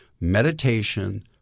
meditation